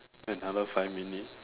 another five minute